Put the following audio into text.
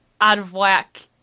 out-of-whack